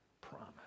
promise